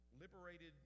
liberated